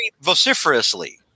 vociferously